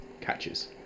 catches